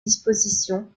dispositions